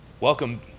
Welcome